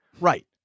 Right